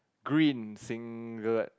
green singlet